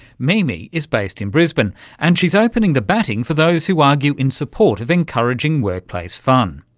mimi is based in brisbane and she's opening the batting for those who argue in support of encouraging workplace fun.